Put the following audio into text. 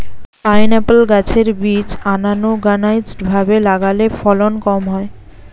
pineapple গাছের বীজ unorganised ভাবে লাগালে ফলন কম হয়